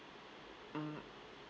mm